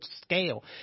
scale